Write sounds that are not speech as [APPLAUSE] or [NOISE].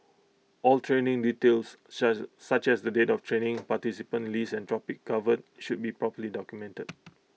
all training details [UNINTELLIGIBLE] such as the date of training participant list and topics covered should be properly documented